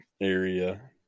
area